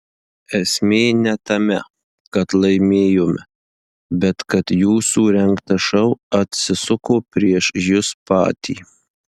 esmė ne tame kad laimėjome bet kad jūsų rengtas šou atsisuko prieš jus patį